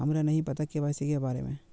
हमरा नहीं पता के.वाई.सी के बारे में?